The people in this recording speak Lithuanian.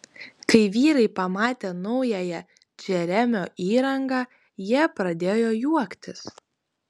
kai vyrai pamatė naująją džeremio įrangą jie pradėjo juoktis